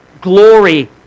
glory